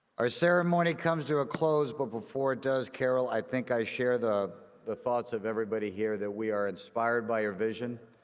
our ceremony comes to a close, but before it does, carol, i think i share the the thoughts of everybody here that we are inspired by your vision,